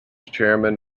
chairman